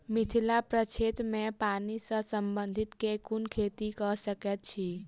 मिथिला प्रक्षेत्र मे पानि सऽ संबंधित केँ कुन खेती कऽ सकै छी?